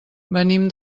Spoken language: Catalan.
venim